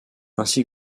ainsi